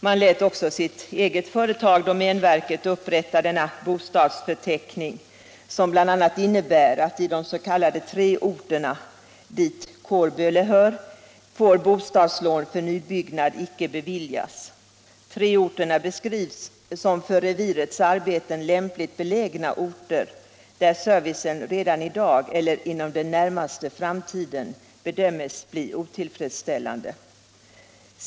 Man lät också sitt eget företag, domänverket, upprätta en bostadsförteckning, som bl.a. innebar att i de s.k. III-orterna — dit Kårböle hör — bostadslån för nybyggnad icke får beviljas. III-orterna beskrivs som för revirets arbeten lämpligt belägna orter, där servicen redan i dag eller inom den närmaste framtiden bedömes bli otillfredsställande.